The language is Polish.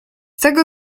tego